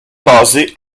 basé